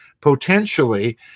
potentially